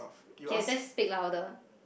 okay just speak louder